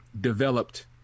developed